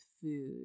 food